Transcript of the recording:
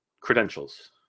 credentials